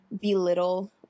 belittle